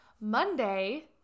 monday